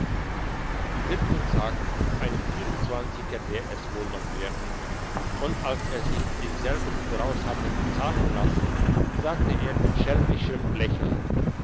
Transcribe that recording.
die wirtin sagte einen vierundzwanziger wär es wohl noch wert und als er sich denselben voraus hatte bezahlen lassen sagte er mit schelmischem lächeln